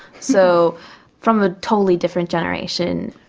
so from a totally different generation.